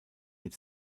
mit